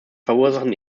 verursachen